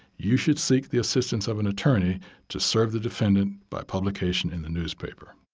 you should seek the assistance of an attorney to serve the defendant by publication in the newspaper.